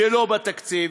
שלא בתקציב?